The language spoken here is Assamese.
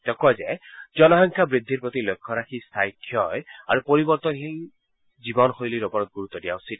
তেওঁ কয় যে জনসংখ্যা বৃদ্ধিৰ প্ৰতি লক্ষ্য ৰাখি স্থায়ী ক্ষয় আৰু পৰিৱৰ্তনশীল জীৱনশৈলীৰ ওপৰত গুৰুত্ব দিয়া উচিত